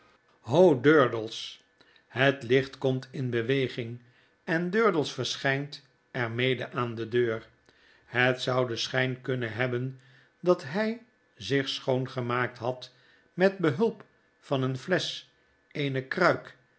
het licht komt in beweging en durdels verschynt er mede aan de deur het zou den schyn kunnen hebben dat hy zich schoongemaakt had met behulp van een flesch eene kruik